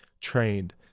trained